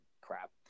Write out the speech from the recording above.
crap